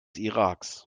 iraks